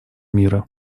мира